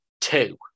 two